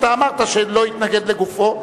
אתה אמרת שהוא לא התנגד לגופו,